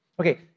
Okay